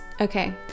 okay